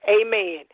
amen